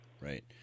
right